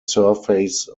surface